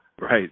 Right